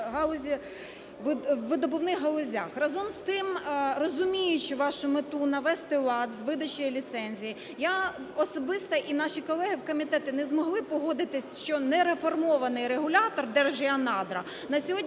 видобувних галузях. Разом з тим, розуміючи вашу мету навести лад з видачею ліцензій, я особисто і наші колеги в комітеті не змогли погодитись, що нереформований регулятор Держгеонадра на сьогодні